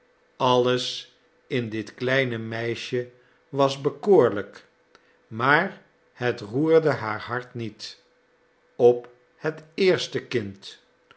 alles in dit kleine meisje was bekoorlijk maar het roerde haar hart niet op het eerste kind